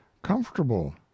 comfortable